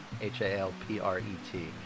H-A-L-P-R-E-T